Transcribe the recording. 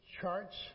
charts